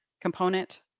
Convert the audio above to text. component